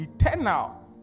Eternal